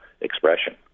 expression